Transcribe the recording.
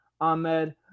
Ahmed